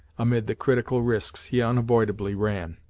amid the critical risks he unavoidably ran.